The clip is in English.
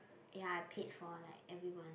ya I paid for like everyone